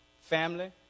family